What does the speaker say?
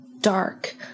dark